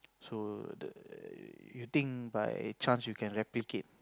so the you think by chance you can replicate